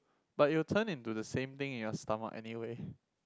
but it will turn into the same thing in your stomach anyway